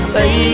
Say